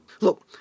Look